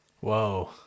Whoa